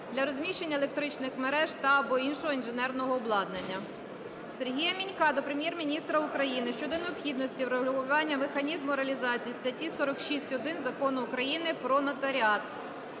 для розміщення електричних мереж та/або іншого інженерного обладнання. Сергія Мінька до Прем'єр-міністра України щодо необхідності врегулювання механізму реалізації статті 46-1 Закону України "Про нотаріат".